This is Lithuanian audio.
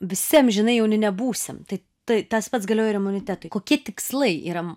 visi amžinai jauni nebūsim tai tai tas pats galioja ir imunitetui kokie tikslai yra